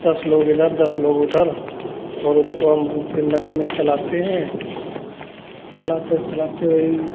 दस लोग इधर दस लोग उधर और उसको हम लोग फिर नदी में चलाते हैं चलाते चलाते वही